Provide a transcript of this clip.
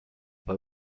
pas